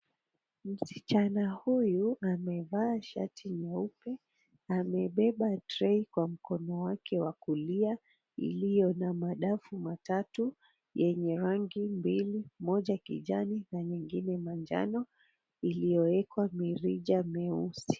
Msichana huyu amevaa shati nyeupe, amebeba{cs} tray{cs} Kwa mkono wake wa kulia iliyona madafu matatu yenye rangi mbili moja kijani na nyingine manjano iliyowekwa mirija mweusi .